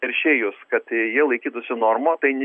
teršėjus kad jie laikytųsi normų tai